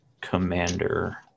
commander